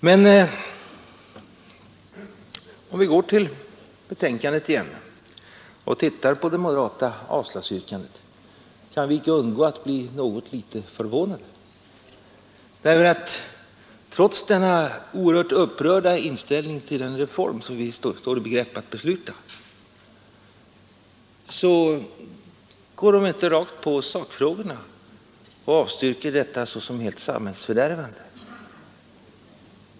Men om vi går till betänkandet igen och ser på det moderata avslagsyrkandet kan vi icke undgå att bli något litet förvånade, därför att trots denna oerhört upprörda inställning till den reform som vi står i begrepp att besluta om går moderaterna inte rakt på sakfrågorna och avstyrker detta såsom helt samhällsfördärvande.